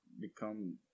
become